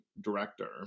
director